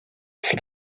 for